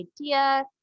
idea